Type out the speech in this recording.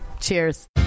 Cheers